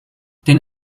den